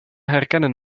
herkennen